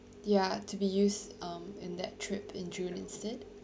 ya to be used um in that trip in june instead